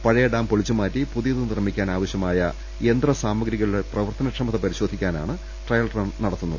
പഴയ ഡാം പൊളിച്ചുമാറ്റി പുതിയത് നിർമിക്കാൻ ആവശ്യമായ യന്ത്ര സാമഗ്രികളുടെ പ്രവർത്തന ക്ഷമത പരിശോധിക്കാനാണ് ട്രയൽറൺ നടത്തുന്നത്